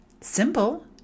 simple